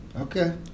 Okay